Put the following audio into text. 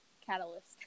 catalyst